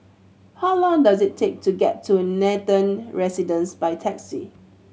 how long does it take to get to Nathan Residences by taxi